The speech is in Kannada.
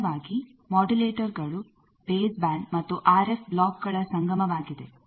ಸಾಮಾನ್ಯವಾಗಿ ಮಾಡುಲೆಟರ್ಗಳು ಬೇಸ್ ಬ್ಯಾಂಡ್ ಮತ್ತು ಆರ್ ಎಫ್ ಬ್ಲಾಕ್ಗಳ ಸಂಗಮವಾಗಿದೆ